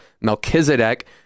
Melchizedek